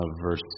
verse